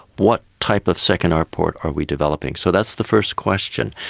what type of second airport are we developing? so that's the first question.